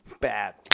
bad